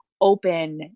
open